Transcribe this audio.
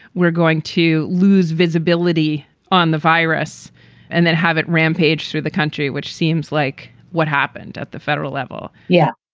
we're going to lose visibility on the virus and then have it rampaged through the country, which seems like what happened at the federal level. yeah.